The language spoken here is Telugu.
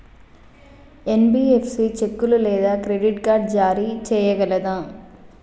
ఎన్.బి.ఎఫ్.సి చెక్కులు లేదా క్రెడిట్ కార్డ్ జారీ చేయగలదా?